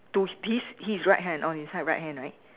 to his his right hand on his right hand right